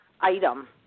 item